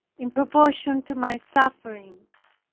in proportion to my sufferings.